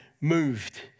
moved